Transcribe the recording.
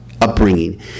upbringing